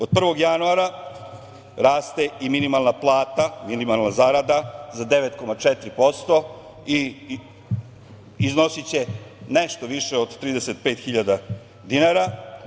Od 1. januara raste i minimalna plata, minimalna zarada, za 9,4% i iznosiće nešto više od 35.000 dinara.